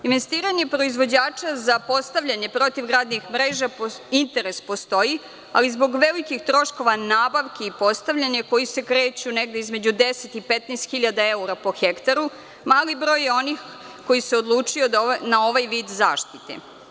Investiranje proizvođača za postavljanje protivgradnih mreža, interes postoji, ali zbog velikih troškova nabavki i postavljanja, koji se kreću negde između 10 i 15.000 evra po hektaru, mali broj je onih koji se odlučio na ovaj vid zaštite.